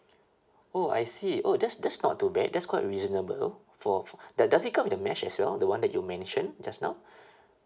oh I see oh that's that's not too bad that's quite reasonable for for do~ does it come with the mesh as well the one that you mentioned just now